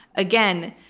again,